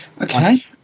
okay